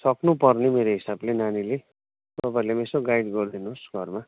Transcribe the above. सक्नुपर्ने मेरो हिसाबले नानीले तपाईँहरूले नि यसो गाइड गरिदिनुहोस् घरमा